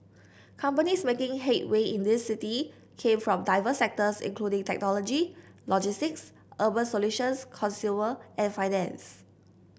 companies making headway in this city came from diverse sectors including technology logistics urban solutions consumer and finance